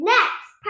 Next